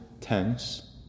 tense